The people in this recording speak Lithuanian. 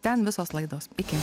ten visos laidos iki